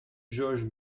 georges